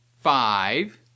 five